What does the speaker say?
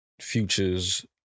future's